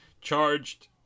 charged